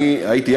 אני הייתי,